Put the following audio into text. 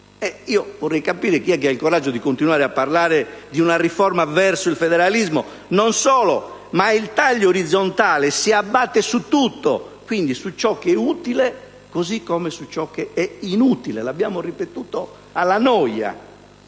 vorrei capire chi ha il coraggio di continuare a parlare di una riforma verso il federalismo. Non solo: il taglio orizzontale si abbatte su tutto, quindi su ciò che è utile come su ciò che è inutile. Lo abbiamo ripetuto alla noia.